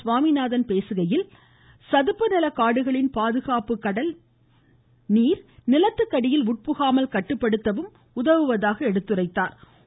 சுவாமிநாதன் பேசுகையில் சதுப்பு நில காடுகளின் பாதுகாப்பு கடல் நீர் நிலத்துக்கடியில் உட்புகாமல் கட்டுப்படுத்தவும் உதவுவதாக எடுத்துரைத்தாா்